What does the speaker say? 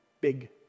big